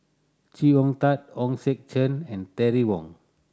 Chee Hong Tat Hong Sek Chern and Terry Wong